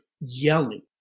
yelling